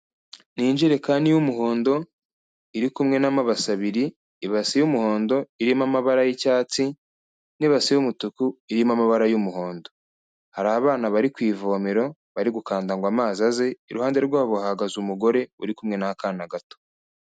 Ni injerekani y'umuhondo, iri kumwe n'amabase abiri, ibase y'umuhondo irimo amabara y'icyatsi, n'ibase y'umutuku irimo amabara y'umuhondo, hari abana bari ku ivomero bari gukanda ngo amazi aze, iruhande rwabo hahagaze umugore uri kumwe n'akana gato.